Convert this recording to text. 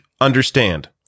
understand